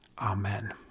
Amen